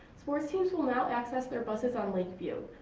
sports teams will now access their buses on lake view.